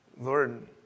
Lord